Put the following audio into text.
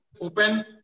open